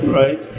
right